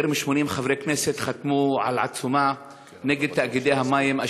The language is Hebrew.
יותר מ-80 חברי כנסת חתמו על עצומה נגד תאגידי המים,